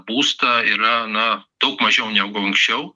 būstą yra na daug mažiau negu anksčiau